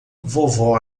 vovó